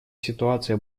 ситуация